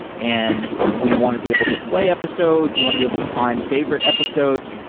and we want to be able to play episodes, we want to be able to find favorite episodes,